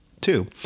Two